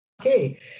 Okay